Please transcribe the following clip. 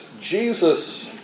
Jesus